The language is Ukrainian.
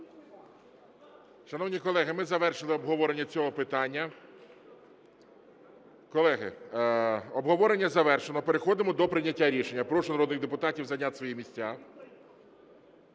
Шановні колеги, ми завершили обговорення цього питання. Колеги, обговорення завершено, переходимо до прийняття рішення. Прошу народних депутатів зайняти свої місця.